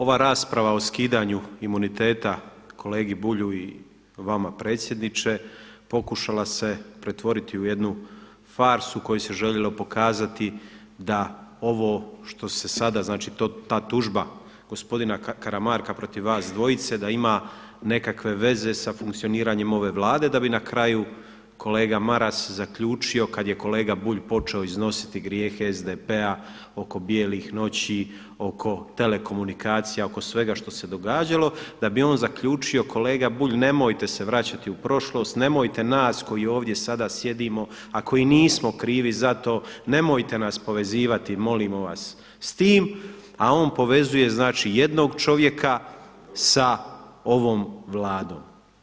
Ova rasprava o skidanju imuniteta kolegi Bulju i vama predsjedniče pokušala se pretvoriti u jednu farsu u kojoj se željelo pokazati da ovo što se sada znači ta tužba gospodina Karamarka protiv vas dvojice da ima nekakve veze sa funkcioniranjem ove Vlade da bi na kraju kolega Maras zaključio kad je kolega Bulj počeo iznositi grijehe SDP-a oko bijelih noći, oko telekomunikacija, oko svega što se događalo da bi on zaključio kolega Bulj nemojte se vraćati u prošlost, nemojte nas koji ovdje sada sjedimo a koji nismo krivi za to, nemojte nas povezivati molimo vas s time, a on povezuje znači jednog čovjeka sa ovom Vladom.